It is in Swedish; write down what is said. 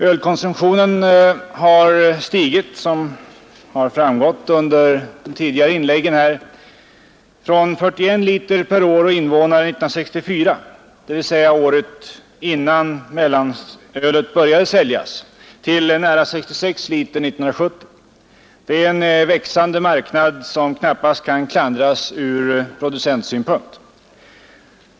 Ölkonsumtionen har som framgått av de tidigare inläggen stigit från 41 liter per år och invånare 1964, dvs. året innan mellanölet började säljas, till nära 66 liter 1970. Det är en växande marknad, som knappast kan klandras från producentsynpunkt.